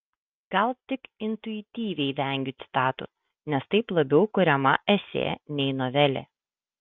gal tik intuityviai vengiu citatų nes taip labiau kuriama esė nei novelė